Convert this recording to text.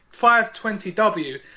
520W